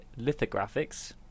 lithographics